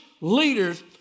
leaders